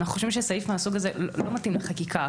אנחנו חושבים שסעיף מהסוג הזה לא מתאים לחקיקה,